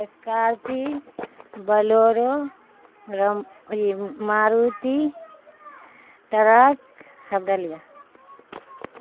Scorpio Bolero Maruti truck